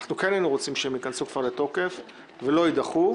כן היינו רוצים שהצעות החוק ייכנסו לתוקף ולא יידחו,